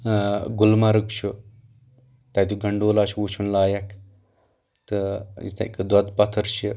گُلمرٕگ چھُ تتہِ گنٛڈولا چھُ وٕچھُن لایق تہٕ یِتھٕے کٔنۍ دۄد پتھٕر چھِ